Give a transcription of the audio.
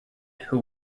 who